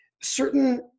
certain